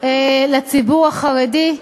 לציבור החרדי.